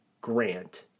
Grant